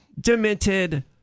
demented